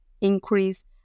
increase